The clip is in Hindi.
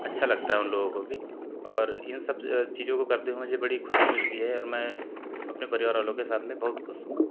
अच्छा लगता है उन लोगों को भी और इन सब चीज़ों को करते हुए मुझे बड़ी खुशी मिलती है और मैं अपने परिवार वालों के साथ में बहुत खुश हूँ